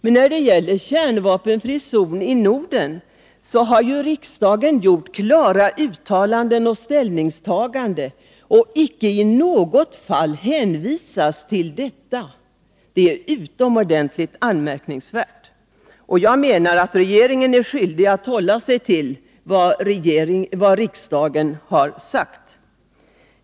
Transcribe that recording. Men när det gäller frågan om en kärnvapenfri zon i Norden har riksdagen gjort klara uttalanden och ställningstaganden. Icke i något fall hänvisar utrikesministern till dem. Det är utomordentligt anmärkningsvärt. Regeringen är skyldig att hålla sig till vad riksdagen har sagt.